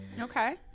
Okay